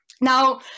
Now